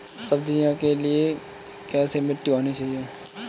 सब्जियों के लिए कैसी मिट्टी होनी चाहिए?